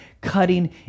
cutting